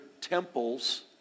temples